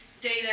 data